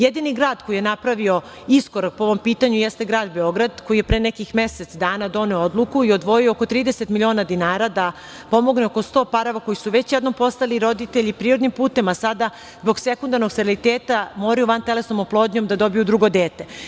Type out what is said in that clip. Jedini grad koji je napravio iskorak po ovom pitanju jeste grad Beograd, koji je pre nekih mesec dana doneo odluku i odvojio oko 30.000.000 dinara da pomogne oko 100 parova koji su već jednom postali roditelji prirodnim putem, a sada zbog sekundarnog steriliteta moraju vantelesnom oplodnjom da dobiju drugo dete.